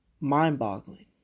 mind-boggling